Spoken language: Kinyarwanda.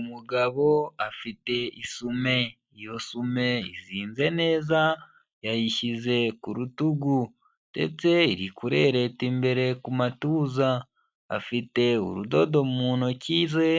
Umugabo afite isume, iyo sume izinze neza yayishyize ku rutugu ndetse iri kurereta imbere ku matuza, afite urudodo mu ntoki ze,